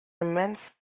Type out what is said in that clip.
immense